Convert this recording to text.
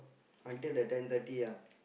until the ten thirty ah